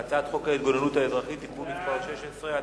בקריאה ראשונה על הצעת חוק ההתגוננות האזרחית (תיקון מס' 16),